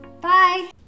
Bye